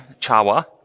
Chawa